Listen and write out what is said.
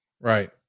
Right